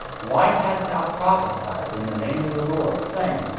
why hast thou prophesied in the name of the lord, saying,